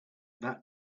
that